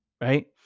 right